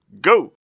go